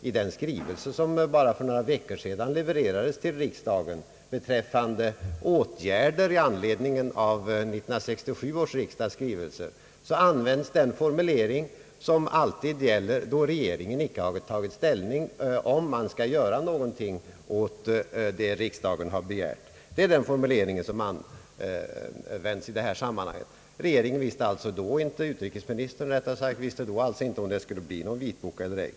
I den skrivelse som bara för några veckor sedan lämnades till riksdagen beträffande åtgärder i anledning av 1967 års riksdags skrivelse används nämligen den formulering som alltid utnyttjas då regeringen icke tagit ställning om man skall göra någonting åt det riksdagen har begärt. Utrikesministern visste då alltså inte om det skulle bli någon vitbok eller ej.